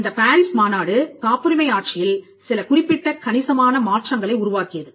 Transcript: இந்த பாரிஸ் மாநாடு காப்புரிமை ஆட்சியில் சில குறிப்பிட்ட கணிசமான மாற்றங்களை உருவாக்கியது